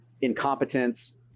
incompetence